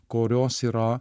kurios yra